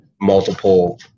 multiple